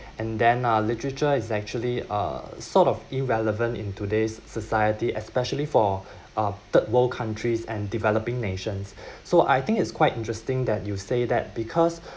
and then uh literature is actually uh sort of irrelevant in today's society especially for uh third world countries and developing nations so I think it's quite interesting that you say that because